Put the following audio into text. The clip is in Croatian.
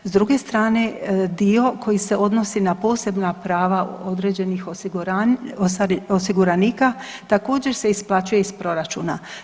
S druge strane dio koji se odnosi na posebna prava određenih osiguranika također se isplaćuje iz proračuna.